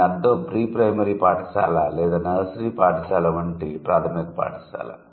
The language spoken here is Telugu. దీని అర్ధం ప్రీ ప్రైమరీ పాఠశాల లేదా నర్సరీ పాఠశాల వంటి ప్రాథమిక పాఠశాల